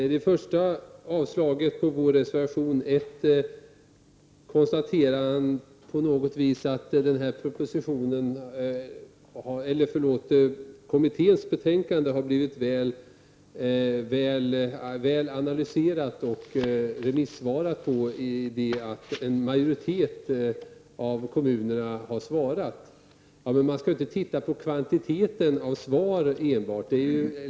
I det första yrkandet om avslag på vår reservation konstaterade han på något vis att kommitténs betänkande har blivit väl analyserat och remissbehandlat, i och med att en majoritet av kommunerna har svarat. Men man skall ju inte titta på kvantiteten av svar enbart.